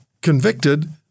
convicted